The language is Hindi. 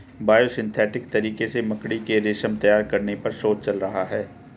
बायोसिंथेटिक तरीके से मकड़ी के रेशम तैयार करने पर शोध चल रहा है